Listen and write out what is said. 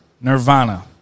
Nirvana